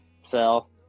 Sell